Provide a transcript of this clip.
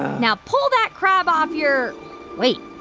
now pull that crab off your wait.